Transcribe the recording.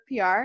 PR